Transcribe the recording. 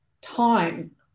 time